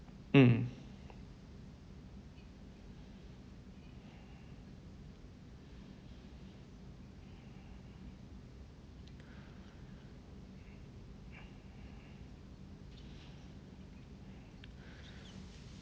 mm